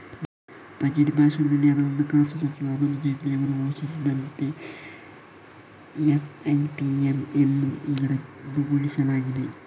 budget ಭಾಷಣದಲ್ಲಿ ಹಣಕಾಸು ಸಚಿವ ಅರುಣ್ ಜೇಟ್ಲಿ ಅವರು ಘೋಷಿಸಿದಂತೆ ಎಫ್.ಐ.ಪಿ.ಎಮ್ ಅನ್ನು ಈಗ ರದ್ದುಗೊಳಿಸಲಾಗಿದೆ